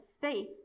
faith